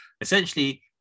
essentially